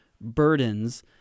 burdens